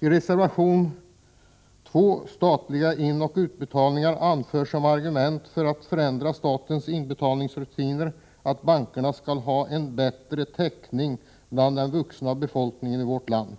I reservation 2 om statliga inoch utbetalningar anförs som argument för att förändra statens inbetalningsrutiner att bankerna skall ha en bättre täckning bland den vuxna befolkningen i vårt land.